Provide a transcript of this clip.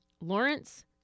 Lawrence